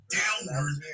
downward